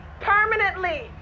Permanently